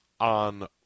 on